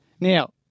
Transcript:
Now